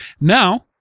Now